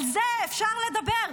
על זה אפשר לדבר,